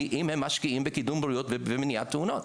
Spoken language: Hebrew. אם הם משקיעים בקידום בריאות ומניעת תאונות.